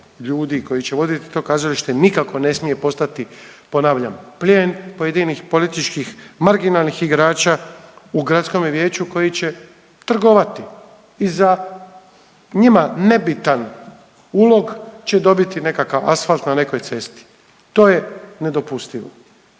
ljudi koji će vodit to kazalište nikako ne smije postati ponavljam plijen pojedinih političkih marginalnih igrača u gradskome vijeću koji će trgovati i za njima nebitan ulog će dobiti nekakav asfalt na nekoj cesti, to je nedopustivo.